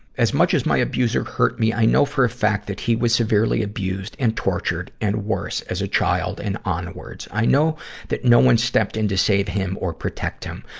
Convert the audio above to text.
as much as my abuser hurt me, i know for a fact that he was severely abused and tortured and worse as a child and onwards. onwards. i know that no one stepped in to save him or protect him.